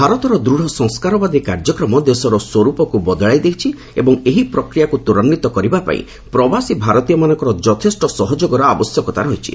ଭାରତର ଦୃଢ଼ ସଂସ୍କାରବାଦୀ କାର୍ଯ୍ୟକ୍ରମ ଦେଶର ସ୍ୱରୂପକୁ ବଦଳାଇ ଦେଇଛି ଏବଂ ଏହି ପ୍ରକ୍ରିୟାକୁ ତ୍ୱରାନ୍ୱିତ କରିବା ପାଇଁ ପ୍ରବାସୀ ଭାରତୀୟମାନଙ୍କର ଯଥେଷ୍ଟ ସହଯୋଗର ଆବଶ୍ୟକତା ରହିଛି